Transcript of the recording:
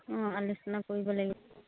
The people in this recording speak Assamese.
অঁ আলোচনা কৰিব লাগিব